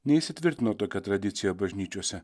neįsitvirtino tokia tradicija bažnyčiose